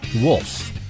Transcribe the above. Wolf